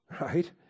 right